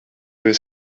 his